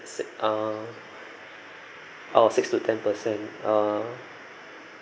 si~ ah oh six to ten percent ah